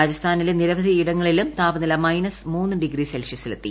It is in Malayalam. രാജസ്ഥാനിലെ നിരവധി ഇടങ്ങളിലും താപനില മൈനസ് മൂന്ന് ഡിഗ്രി സെൽഷ്യസിലെത്തി